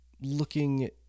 looking